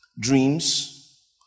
dreams